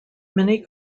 many